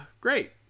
great